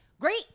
great